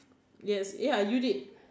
yes ya you did